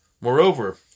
Moreover